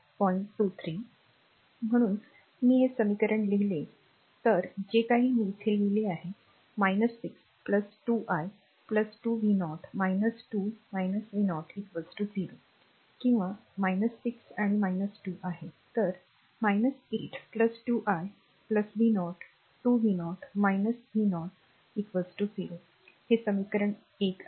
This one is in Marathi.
म्हणून मी हे समीकरण लिहिले तर जे काही मी इथे लिहिले आहे 6 2 i 2 v0 2 v0 0 किंव्हा r 6 आणि 2 आहे तर 8 2 i v0 2 v0 v0 0 हे समीकरण 1 आहे